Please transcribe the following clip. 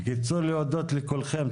אני רוצה להודות לכולכם.